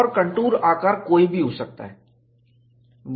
और कंटूर आकार कोई भी हो सकता है